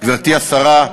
גברתי השרה,